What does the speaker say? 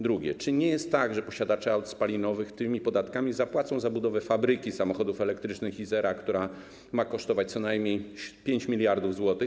Drugie: Czy nie jest tak, że posiadacze aut spalinowych tymi podatkami zapłacą za budowę fabryki samochodów elektrycznych marki Izera, która ma kosztować co najmniej 5 mld zł?